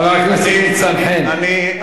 חבר הכנסת ניצן חן,